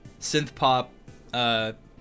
synth-pop